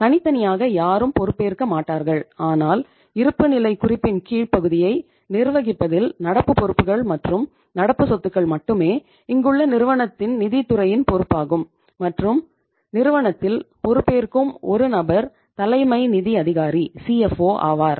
தனித்தனியாக யாரும் பொறுப்பேற்க மாட்டார்கள் ஆனால் இருப்புநிலைக் குறிப்பின் கீழ் பகுதியை நிர்வகிப்பதில் நடப்பு பொறுப்புகள் மற்றும் நடப்பு சொத்துக்கள் மட்டுமே இங்குள்ள நிறுவனத்தின் நிதித் துறையின் பொறுப்பாகும் மற்றும் நிறுவனத்தில் பொறுப்பேற்கும் ஒரு நபர் தலைமை நிதி அதிகாரி ஆவார்